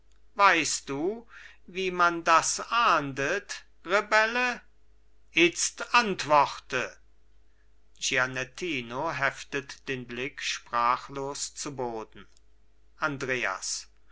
weißt du wie man das ahndet rebelle itzt antworte gianettino heftet den blick sprachlos zu boden andreas